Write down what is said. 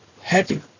happy